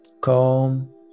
Calm